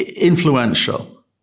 influential